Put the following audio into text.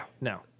no